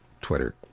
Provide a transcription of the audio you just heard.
Twitter